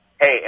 Hey